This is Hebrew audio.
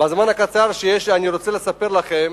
בזמן הקצר שיש לי אני רוצה לספר לכם